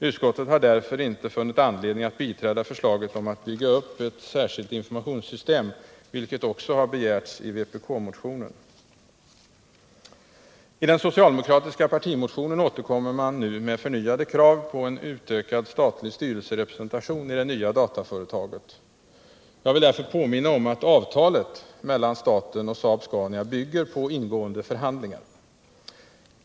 Utskottet har därför inte funnit anledning att biträda förslaget om att bygga upp ett särskilt informationssystem, vilket också har begärts i vpk-motionen. I den socialdemokratiska partimotionen återkommer man nu med förnyade krav på en utökad statlig styrelserepresentation i det nya dataföretaget. Jag vill därför påminna om att avtalet mellan staten och Saab-Scania bygger på ingående förhandlingar.